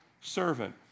servant